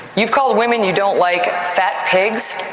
you've called women you don't like fat pigs,